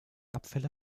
abfälle